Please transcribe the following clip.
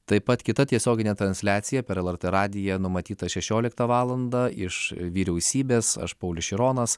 taip pat kita tiesioginė transliacija per lrt radiją numatyta šešioliktą valandą iš vyriausybės aš paulius šironas